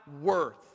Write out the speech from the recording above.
worth